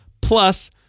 Plus